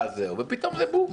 ופתאום זה בום.